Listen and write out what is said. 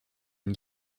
une